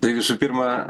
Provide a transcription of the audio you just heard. tai visų pirma